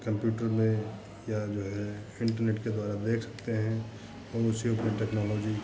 computer में या जो है इन्टरनेट के द्वारा देख सकते हैं और उसे अपनी टेक्नोलॉजी